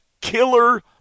killer